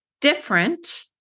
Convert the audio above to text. different